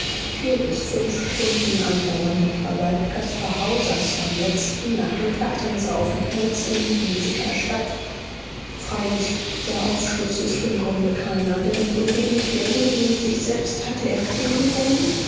vier bis fünf stunden andauernden verbleib caspar hausers am letzten nachmittag seines aufenthalts in hiesiger stadt freilich dieser aufschluß ist im grunde keiner denn so wenig der jüngling sich selbst hatte erklären wollen